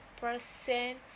percent